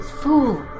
Fool